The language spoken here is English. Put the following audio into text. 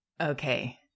Okay